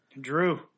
Drew